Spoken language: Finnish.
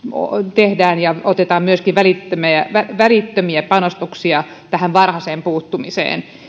tehdään ja otetaan välittömiä välittömiä panostuksia myöskin tähän varhaiseen puuttumiseen